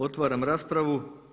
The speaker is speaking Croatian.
Otvaram raspravu.